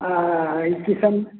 आ की सब